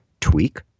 tweak